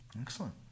Excellent